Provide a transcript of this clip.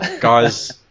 guys